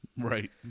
right